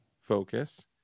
focus